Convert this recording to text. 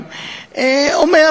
אכרם,